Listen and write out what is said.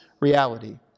reality